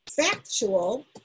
factual